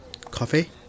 Coffee